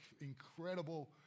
incredible